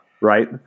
Right